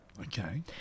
Okay